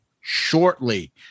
shortly